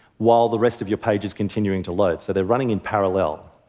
while the rest of your page is continuing to load. so they're running in parallel.